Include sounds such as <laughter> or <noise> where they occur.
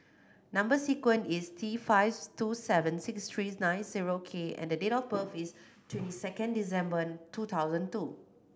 number sequence is T five <unintelligible> two seven six three nine zero K and the date of birth is twenty second December two thousand two